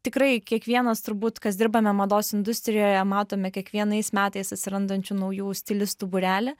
tikrai kiekvienas turbūt kas dirbame mados industrijoje matome kiekvienais metais atsirandančių naujų stilistų būrelį